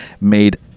made